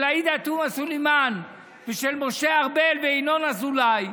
של עאידה תומא סלימאן, ושל משה ארבל וינון אזולאי,